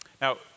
Now